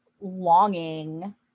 longing